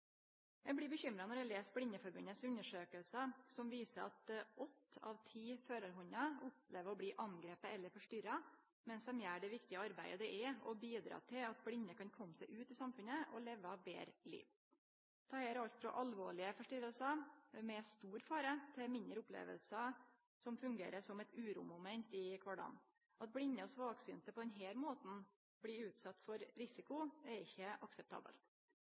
Eg blir uroa når eg les Blindeforbundets undersøkingar, som viser at åtte av ti førarhundar opplever å bli angripne eller forstyrra medan dei gjer det viktige arbeidet det er å bidra til at blinde kan kome seg ut i samfunnet og leve betre liv. Dette er alt frå alvorlege forstyrringar med stor fare til mindre opplevingar som fungerer som uromoment i kvardagen. At blinde og svaksynte på denne måten blir utsette for risiko, er ikkje akseptabelt.